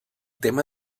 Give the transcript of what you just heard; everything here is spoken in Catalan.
tema